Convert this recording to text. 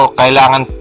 kailangan